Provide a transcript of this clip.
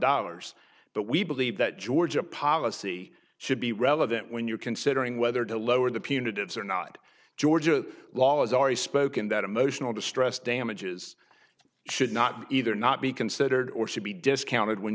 dollars but we believe that georgia policy should be relevant when you're considering whether to lower the punitive zur not georgia laws already spoken that emotional distress damages should not either not be considered or should be discounted when